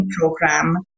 program